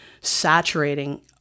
saturating